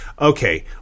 okay